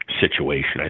situation